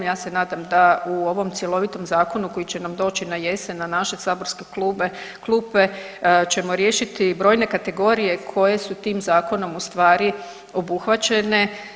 Ja se nadam da u ovom cjelovitom zakonu koji će nam doći na jesen na naše saborske klupe ćemo riješiti brojne kategorije koje su tim zakonom u stvari obuhvaćene.